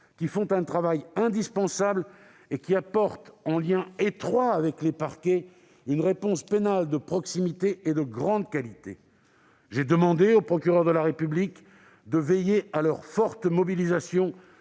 qui font un travail indispensable et qui apportent, en lien étroit avec les parquets, une réponse pénale de proximité et de grande qualité. J'ai demandé aux procureurs de la République de veiller à leur forte mobilisation